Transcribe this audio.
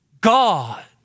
God